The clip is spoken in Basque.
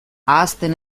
ahazten